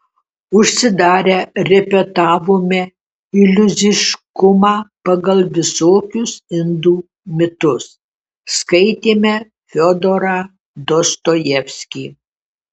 užsidarę repetavome iliuziškumą pagal visokius indų mitus skaitėme fiodorą dostojevskį